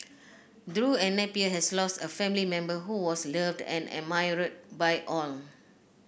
Drew and Napier has lost a family member who was loved and admired by all